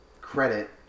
credit